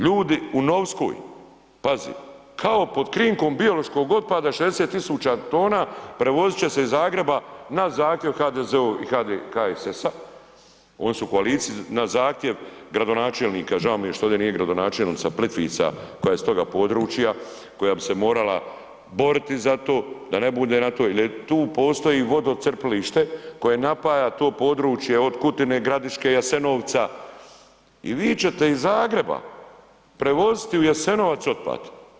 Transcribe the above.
Ljudi u Novskoj, pazi, kao pod krinkom biološkog otpada 60 tisuća tona prevozit će se iz Zagreba na zahtjev HDZ-a i HSS-a, oni su u koaliciji na zahtjev gradonačelnika, žao mi je što ovdje nije gradonačelnica Plitvica koja je s toga područja, koja bi se morala boriti za to da ne bude na to jer tu postoji vodocrpilište koje napaja to područje od Kutine i Gradiške, Jasenovca i vi ćete iz Zagreba prevoziti u Jasenovac otpad.